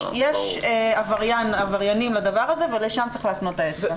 יש עבריינים לדבר הזה, ולשם צריך להפנות את האצבע.